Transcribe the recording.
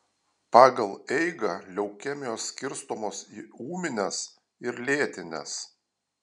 pagal eigą leukemijos skirstomos į ūmines ir lėtines